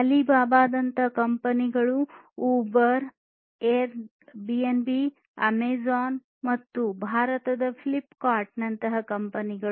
Alibaba ದಂತಹ ಕಂಪನಿಗಳು Uber Airbnb Amazon ಮತ್ತು ಭಾರತದ ಫ್ಲಿಪ್ಕಾರ್ಟ್ ನಂತಹ ಕಂಪನಿಗಳು